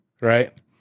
right